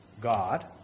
God